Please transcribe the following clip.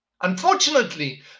unfortunately